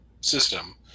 system